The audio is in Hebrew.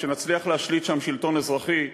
שנצליח להשליט שם שלטון אזרחי,